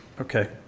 Okay